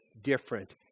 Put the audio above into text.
different